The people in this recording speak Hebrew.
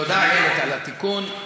תודה, איילת, על התיקון.